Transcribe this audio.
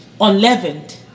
unleavened